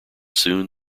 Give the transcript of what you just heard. soon